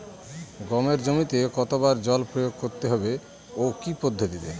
গমের জমিতে কতো বার জল প্রয়োগ করতে হবে ও কি পদ্ধতিতে?